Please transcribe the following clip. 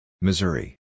Missouri